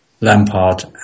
Lampard